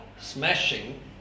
smashing